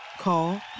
Call